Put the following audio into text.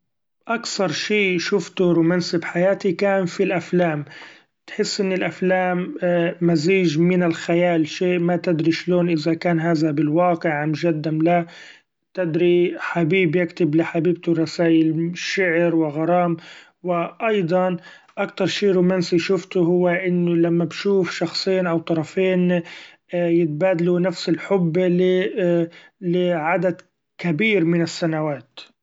أكثر شي شفتو رومانسي بحياتي كان في الأفلام ، تحس إن الأفلام مزيج من الخيال شيء ما تدري شلون إذا كان هذا بالواقع عنجد أم لا ، تدري حبيب يكتب لحبيبتو رسايل شعر و غرام ، و أيضا أكتر شي رومانسي شفتو هوا إنو لما بشوف شخصين أو طرفين يتبادلو نفس الحب لي لي عدد كبير من السنوات.